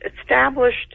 established